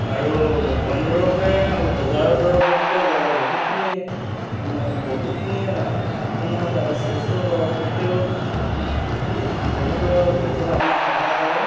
আৰু বনদৰৱে বজাৰৰ দৰৱতকৈ বহুতখিনি বহুতখিনি আপোনাৰ স্বাস্থ্য পক্ষেও ব বহুতো ক্ষেত্ৰত আপোনাক সহায় কৰে